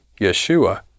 Yeshua